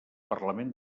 parlament